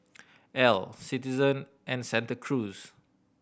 Elle Citizen and Santa Cruz